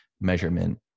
measurement